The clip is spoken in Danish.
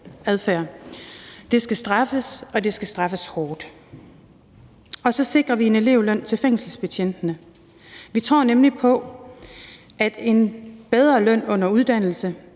Det skal straffes, og det skal straffes hårdt. Og så sikrer vi en elevløn til fængselsbetjentene. Vi tror nemlig på, at en bedre løn under uddannelse,